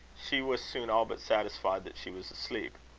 she was soon all but satisfied that she was asleep.